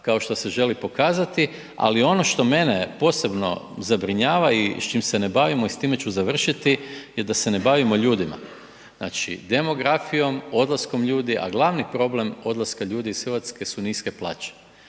kao što se želi pokazati. Ali ono što mene posebno zabrinjava i s čime se ne bavimo i s time ću završiti je da se ne bavimo ljudima. Znači demografijom, odlaskom ljudi a glavni problem odlaska ljudi iz Hrvatske su niske plaće.